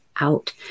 out